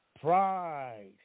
Pride